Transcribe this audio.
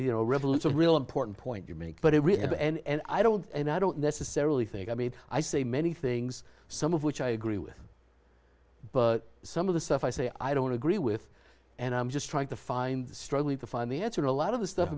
revolution real important point you make but it really and i don't and i don't necessarily think i mean i say many things some of which i agree with but some of the stuff i say i don't agree with and i'm just trying to find the struggling to find the answer a lot of the stuff